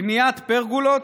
בניית פרגולות,